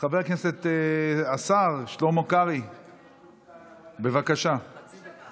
חבר הכנסת, השר שלמה קרעי, בבקשה, חצי דקה,